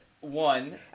One